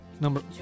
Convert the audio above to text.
Number